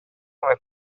come